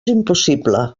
impossible